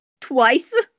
Twice